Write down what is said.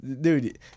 dude